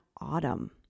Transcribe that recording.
autumn